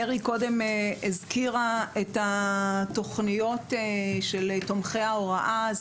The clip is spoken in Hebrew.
פרי הזכירה קודם את התוכניות של תומכי ההוראה.